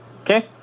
Okay